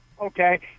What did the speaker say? Okay